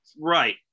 Right